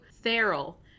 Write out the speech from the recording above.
feral